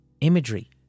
imagery